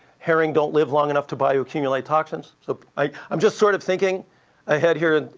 herring don't live long enough to bioaccumulate toxins. so i'm just sort of thinking ahead here,